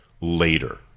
later